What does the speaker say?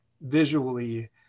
visually